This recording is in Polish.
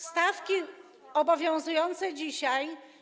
Stawki obowiązujące dzisiaj.